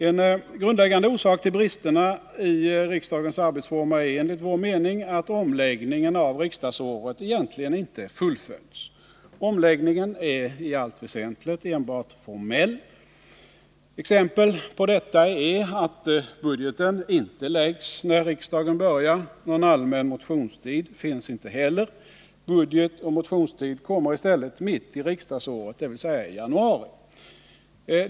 En grundläggande orsak till bristerna i riksdagens arbetsformer är enligt vår mening att omläggningen av riksdagsåret egentligen inte fullföljts. Nr 51 Omläggningen är i allt väsentligt enbart formell. Exempel på detta är att Torsdagen den budgeten inte läggs när riksdagen börjar. Någon allmän motionstid finnsinte 13 december 1979 heller. Budget och motionstid kommer i stället mitt i riksdagsåret, dvs. i januari.